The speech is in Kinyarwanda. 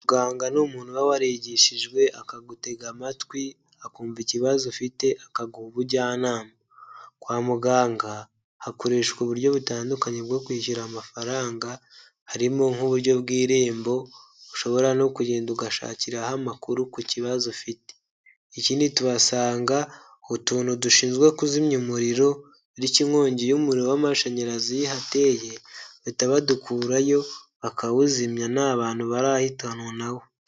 Muganga ni umuntuntu uba warigishijwe, akagutega amatwi akumva ikibazo ufite, akaguha ubujyanama. Kwa muganga, hakoreshwa uburyo butandukanye bwo kwishyura amafaranga, harimo nk'uburyo bw'irembo, ushobora no kugenda ugashakiraho amakuru ku kibazo ufite. Ikindi tuhasanga utuntu dushinzwe kuzimya umuriro, bityo inkongi y'umuriro w'amashanyarazi iyo ihateye, bahita badukurayo bakawuzimya nta abantu barahitanwa nawo.